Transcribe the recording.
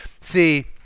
see